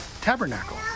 tabernacle